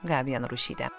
gabija narušytė